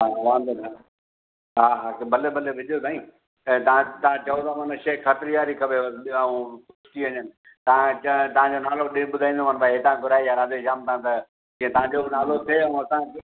हा वांदो नाहे हा हा भले भले विझो साईं ऐं तव्हां तव्हां चओ था माना शइ ख़ातिर वारी खपेव ऐं ख़ुशि थी वञनि तव्हांजो नालो बि ॿुधाईंदोमानि भई हितां घुराई आहे राधे श्याम तां त जीअं तव्हांजो बि नालो थिए ऐं असांखे